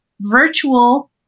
virtual